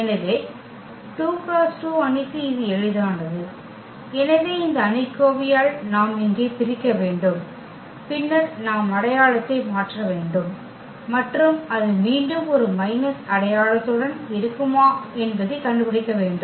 எனவே 2 பை 2 அணிக்கு இது எளிதானது எனவே இந்த அணிக்கோவையால் நாம் இங்கே பிரிக்க வேண்டும் பின்னர் நாம் அடையாளத்தை மாற்ற வேண்டும் மற்றும் அது மீண்டும் ஒரு மைனஸ் அடையாளத்துடன் இருக்குமா என்பதை கண்டுபிடிக்க வேண்டும்